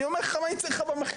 אני אומר לך מה יצא לך במחקר.